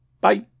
bye